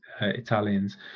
Italians